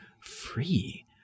free